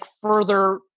further